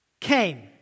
came